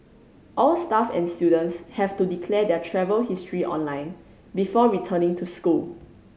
all staff and students have to declare their travel history online before returning to school